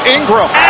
Ingram